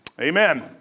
Amen